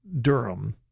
Durham